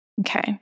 Okay